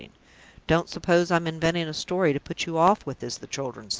don't suppose i'm inventing a story to put you off with, as the children say.